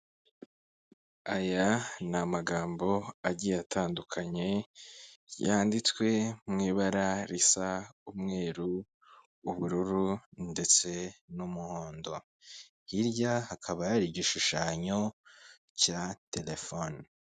Aya ni amagambo agiye atandukanye yanditswe mui ibara risa umweru, ubururu ndetse n'umuhondo, hirya hakaba yari igishushanyo cya telefone.